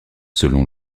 selon